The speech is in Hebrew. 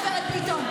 גב' ביטון.